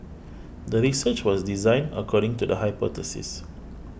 the research was designed according to the hypothesis